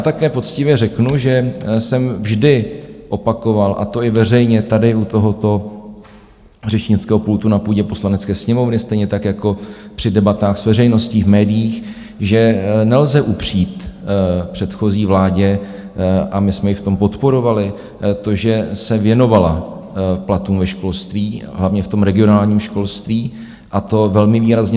Také poctivě řeknu, že jsem vždy opakoval, a to i veřejně, tady u tohoto řečnického pultu na půdě Poslanecké sněmovny, stejně tak jako při debatách s veřejností v médiích, že nelze upřít předchozí vládě a my jsme ji v tom podporovali to, že se věnovala platům ve školství, hlavně v regionálním školství, a to velmi výrazně.